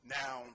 now